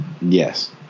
Yes